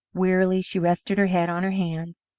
wearily she rested her head on her hands,